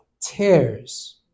tears